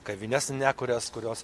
kavines ne kurias kurios